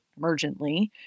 emergently